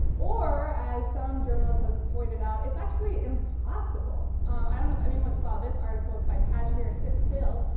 or as some journalists have pointed out, it's actually impossible. i don't know if anyone saw this article. it's by kashmir hill.